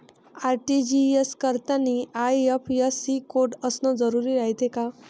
RTGS करतांनी IFSC code असन जरुरी रायते का?